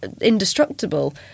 indestructible